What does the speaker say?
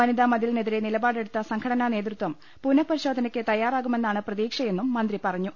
വനിതാമതിലിനെതിരെ നിലപാടെടുത്ത സംഘടനാ നേതൃത്വം പുനഃപരിശോധനയ്ക്ക് തയ്യാറാ കുമെന്നാണ് പ്രതീക്ഷയെന്നും മന്ത്രി പറഞ്ഞു